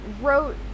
wrote